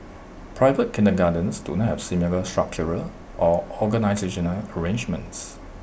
private kindergartens do not have similar structural or organisational arrangements